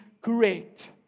correct